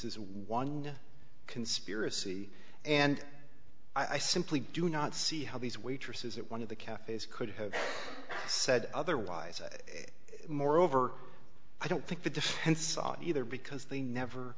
is one conspiracy and i simply do not see how these waitresses at one of the cafe's could have said otherwise moreover i don't think the defense saw it either because they never